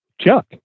Chuck